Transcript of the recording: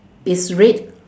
it's red